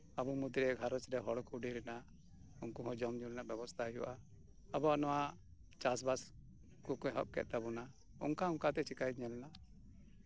ᱟᱵᱚ ᱢᱚᱫᱽᱫᱷᱮ ᱜᱷᱟᱨᱚᱧᱡᱽ ᱨᱮ ᱦᱚᱲ ᱠᱚ ᱫᱷᱮᱨ ᱮᱱᱟ ᱩᱱᱠᱩ ᱦᱚᱸ ᱡᱚᱢ ᱧᱩ ᱨᱮᱱᱟᱜ ᱵᱮᱵᱚᱥᱛᱷᱟ ᱦᱳᱭᱳᱜᱼᱟ ᱟᱵᱚᱣᱟᱜ ᱱᱚᱶᱟ ᱪᱟᱥᱵᱟᱥ ᱠᱚᱠᱚ ᱮᱦᱚᱵ ᱠᱮᱫ ᱛᱟᱵᱚᱱᱟ ᱚᱱᱠᱟ ᱚᱱᱠᱟᱛᱮ ᱪᱤᱠᱟᱭ ᱧᱮᱞ ᱮᱱᱟ